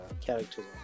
characters